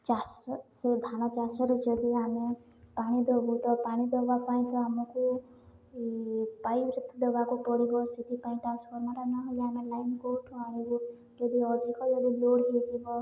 ଚାଷ ସେ ଧାନ ଚାଷରେ ଯଦି ଆମେ ପାଣି ଦେବୁ ତ ପାଣି ଦେବା ପାଇଁ ତ ଆମକୁ ପାଇପ୍ ଦେବାକୁ ପଡ଼ିବ ସେଥିପାଇଁ ତା ସଟ୍ ନ ହେଲେ ଆମେ ଲାଇନ୍ କୋଉଠୁ ଆଣିବୁ ଯଦି ଅଧିକ ଯଦି ଲୋଡ଼୍ ହେଇଯିବ